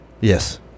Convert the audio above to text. yes